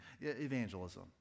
evangelism